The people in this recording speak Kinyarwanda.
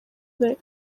the